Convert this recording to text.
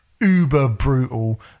uber-brutal